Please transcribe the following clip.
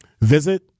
visit